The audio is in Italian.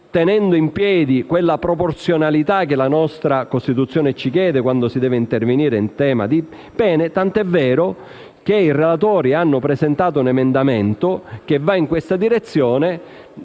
tenendo in piedi quella proporzionalità che la nostra Costituzione ci chiede quando si deve intervenire in tema di pene. E i relatori hanno presentato un emendamento che va in questa direzione,